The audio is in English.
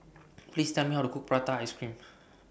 Please Tell Me How to Cook Prata Ice Cream